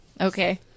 Okay